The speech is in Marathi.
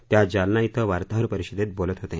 ते आज जालना धिं वार्ताहर परिषदेत बोलत होते